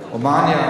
רומניה.